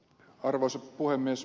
arvoisa puhemies